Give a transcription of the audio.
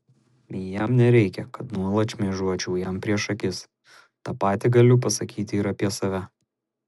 jam nereikia kad nuolat šmėžuočiau jam prieš akis tą patį galiu pasakyti ir apie save